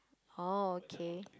oh okay